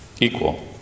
Equal